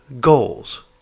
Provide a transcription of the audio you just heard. goals